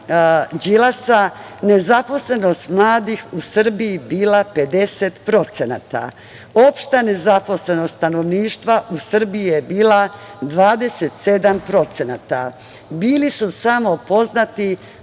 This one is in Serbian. nezaposlenost mladih u Srbiji bila 50%. Opšta nezaposlenost stanovništva u Srbiji je bila 27%. Bili su samo poznati